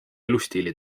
elustiili